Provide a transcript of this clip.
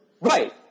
Right